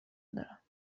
دارم